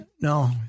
No